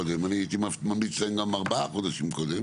תהיה להם אורכה נוספת.